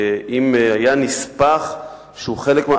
אם היה נספח שהוא חלק מהמכרז,